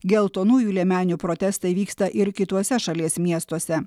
geltonųjų liemenių protestai vyksta ir kituose šalies miestuose